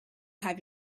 have